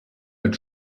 mit